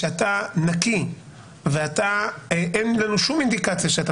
כשאתה נקי ואין לנו שום אינדיקציה שאתה